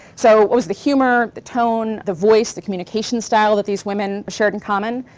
so what was the humor, the tone, the voice, the communication style that these women shared in common?